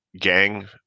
gang